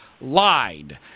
lied